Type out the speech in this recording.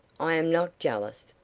i am not jealous.